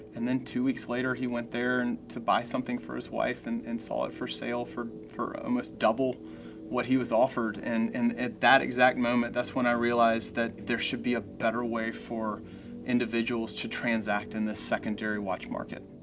and then two weeks later he went there and to buy something for his wife and and saw it for sale for for almost double what he was offered, and at that exact moment that's when i realized that there should be a better way for individuals to transact in this secondary watch market.